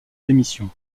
démission